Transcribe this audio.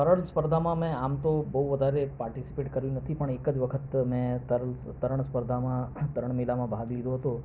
તરણ સ્પર્ધા સ્પર્ધામાં મેં આમ તો બહુ વધારે પાર્ટિસિપેટ કર્યું નથી પણ એક જ વખતે મેં તરલ તરણ સ્પર્ધામાં તરણ મેળામાં ભાગ લીધો હતો